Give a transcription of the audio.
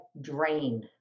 drain